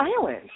Island